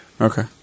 Okay